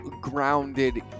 grounded